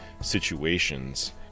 situations